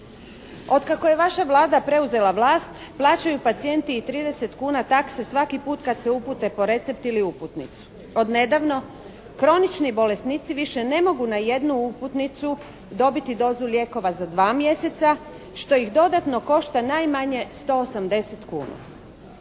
Od kako je vaša Vlada preuzela vlast plaćaju pacijenti i 30 kuna takse svaki put kad se upute po recept ili uputnicu. Od nedavno kronični bolesnici više ne mogu na jednu uputnicu dobiti dozu lijekova za dva mjeseca što ih dodatno košta najmanje 180 kuna.